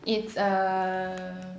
it's err